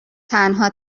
تنها